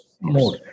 more